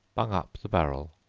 bung up the barrel.